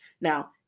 Now